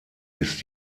ist